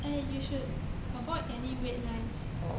eh you should avoid any red lines